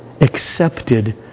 accepted